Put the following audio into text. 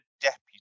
deputy